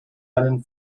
einen